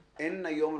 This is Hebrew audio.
אין היום חניונים,